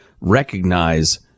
recognize